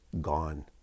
gone